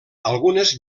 algunes